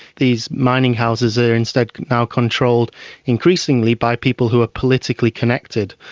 these mining houses ah are instead now controlled increasingly by people who are politically connected.